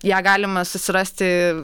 ją galima susirasti